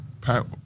Pat